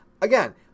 again